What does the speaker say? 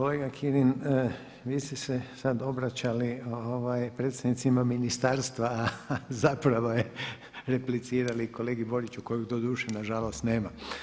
Kolega Kirin vi ste sada obraćali predsjednicima ministarstva, a zapravo replicirali kolegi Boriću kojeg doduše nažalost nema.